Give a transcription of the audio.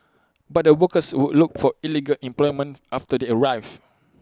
but the workers would look for illegal employment after they arrive